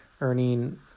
earning